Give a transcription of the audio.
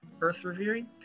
earth-revering